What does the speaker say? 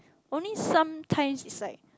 only some times it's like